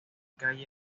calle